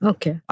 Okay